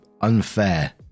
unfair